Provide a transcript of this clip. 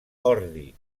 ordi